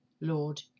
Lord